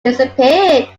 disappeared